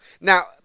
Now